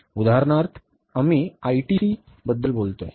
उदाहरणार्थ आम्ही आयटीसीबद्दल बोलतो